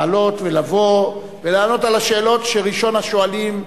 לעלות ולבוא ולענות על השאלות של ראשון השואלים,